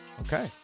Okay